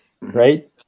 right